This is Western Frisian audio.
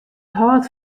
hâld